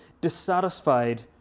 dissatisfied